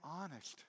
honest